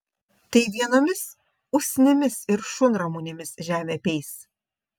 tai vienomis usnimis ir šunramunėmis žemė apeis